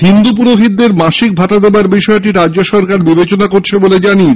হিন্দু পুরোহিতদের মাসিক ভাতা দেওয়ার বিষয়টি রাজ্য সরকার বিবেচনা করছে বলে জানিয়েছে